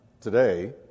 today